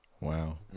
Wow